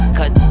cut